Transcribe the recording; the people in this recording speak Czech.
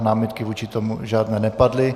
Námitky vůči tomu žádné nepadly.